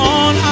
on